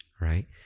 Right